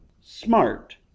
smart